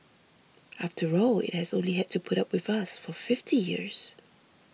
after all it has only had to put up with us for fifty years